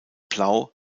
blau